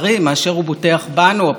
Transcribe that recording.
רקחתם איזה חוק עלוב,